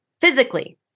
physically